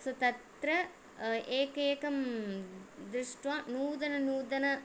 स् तत्र एकेकं दृष्ट्वा नूतन नूतन